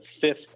fifth